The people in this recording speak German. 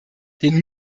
den